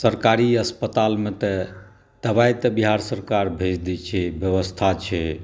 सरकारी हस्पतालमे तऽ दबाइ तऽ बिहार सरकार भेज दै छै बेबस्था छै